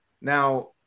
now